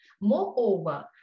Moreover